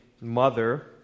mother